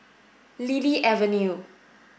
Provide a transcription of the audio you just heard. Lily Avenue